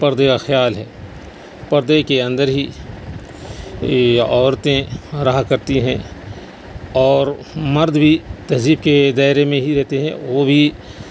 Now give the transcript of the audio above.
پردے کا خیال ہے پردے کے اندر ہی یہ عورتیں رہا کرتی ہیں اور مرد بھی تہذیب کے دائرے میں ہی رہتے ہیں وہ بھی